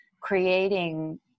creating